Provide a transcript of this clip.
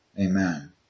Amen